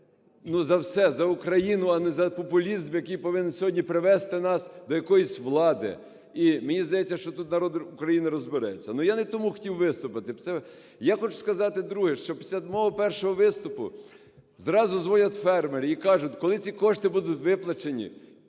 за все, за Україну, а не за популізм, який повинен сьогодні привести нас до якоїсь влади. І мені здається, що тут народ України розбереться. Ну, я не тому хотів виступити. Я хочу сказати друге, що після мого першого виступу зразу дзвонять фермери і кажуть: "Коли ці кошти будуть виплачені